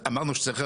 אמרנו שצריך,